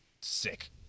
Sick